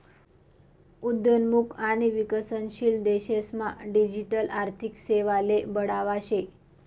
उद्योन्मुख आणि विकसनशील देशेस मा डिजिटल आर्थिक सेवाले बढावा शे